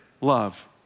love